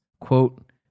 quote